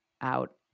out